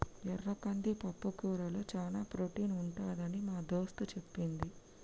ఎర్ర కంది పప్పుకూరలో చానా ప్రోటీన్ ఉంటదని మా దోస్తు చెప్పింది